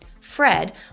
Fred